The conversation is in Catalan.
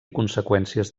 conseqüències